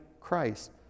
Christ